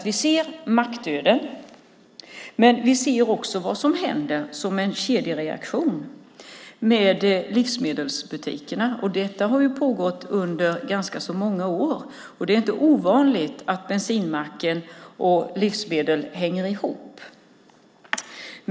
Vi ser mackdöden, men vi ser också kedjereaktionen hos livsmedelsbutikerna. Detta har pågått under ganska många år. Det är inte ovanligt att bensinmack och livsmedel hänger ihop.